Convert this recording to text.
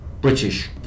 British